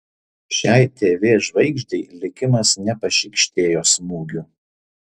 šiai tv žvaigždei likimas nepašykštėjo smūgių